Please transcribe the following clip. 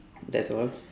that's all